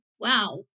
wow